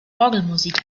orgelmusik